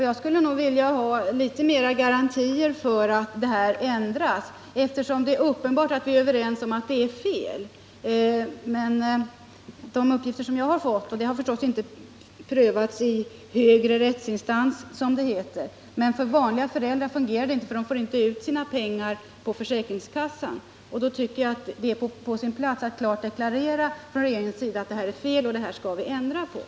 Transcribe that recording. Jag skulle vilja ha litet bättre garantier för att det här ändras. Det är uppenbart att vi är överens om att det är fel. Enligt de uppgifter jag har fått — och de har förstås inte prövats i högre rättsinstans, som det heter — fungerar det här inte för vanliga föräldrar; de får inte ut sina pengar på försäkringskassan. Då tycker jag att det är på sin plats att regeringen klart deklarerar att det här är fel och skall ändras.